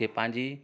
के पंहिंजी